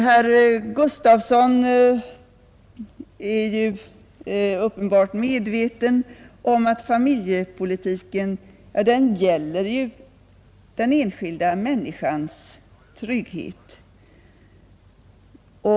Herr Gustavsson i Alvesta är uppenbart medveten om att familjepolitiken gäller den enskilda människans trygghet.